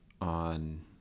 on